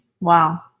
Wow